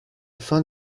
fin